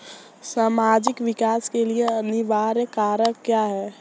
सामाजिक विकास के लिए अनिवार्य कारक क्या है?